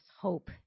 hope